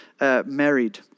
married